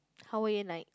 Hawaiian night